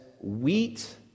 wheat